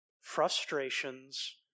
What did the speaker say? frustrations